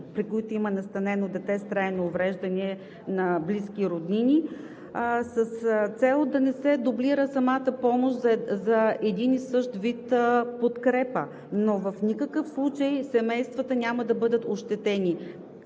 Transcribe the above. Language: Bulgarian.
при които има настанено дете с трайно увреждане, на близки и роднини – с цел да не се дублира самата помощ за един и същи вид подкрепа. Но в никакъв случай семействата няма да бъдат ощетени,